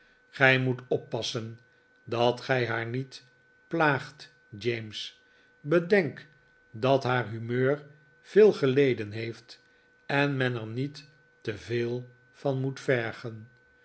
gij moet oppassen dat gij haar niet plaagt james bedenk dat haar humeur veel geleden heeft en men er niet te veel van moet vergen